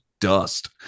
dust